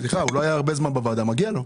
סליחה, הוא לא היה הרבה זמן בוועדה, מגיע לו.